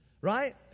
right